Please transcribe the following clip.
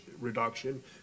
reduction